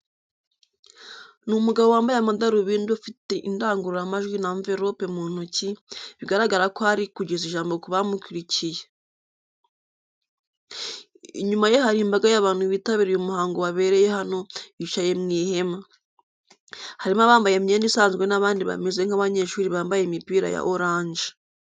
Ni umugabo wambaye amadarubindi ufite indangururamajwi n'amverope mu ntoki, bigaragara ko ari kugeza ijambo ku bamukurikiye. Inyuma ye hari imbaga y'abantu bitabiriye umuhango wabereye hano, bicaye mu ihema. Harimo abambaye imyenda isanzwe n'abandi bameze nk'abanyeshuri bambaye imipira ya oranje.